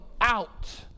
out